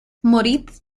moritz